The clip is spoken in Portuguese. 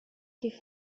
que